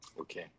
Okay